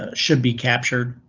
ah should be captured.